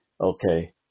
Okay